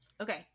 Okay